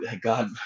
God